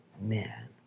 man